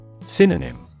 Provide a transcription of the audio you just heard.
Synonym